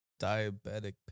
diabetic